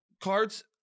cards